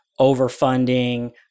overfunding